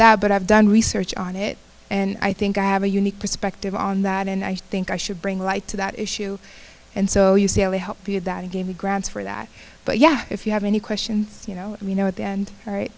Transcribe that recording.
that but i've done research on it and i think i have a unique perspective on that and i think i should bring light to that issue and so you say only help via that gave me grounds for that but yeah if you have any questions you know you know at the end right